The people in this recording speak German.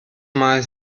mal